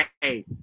Hey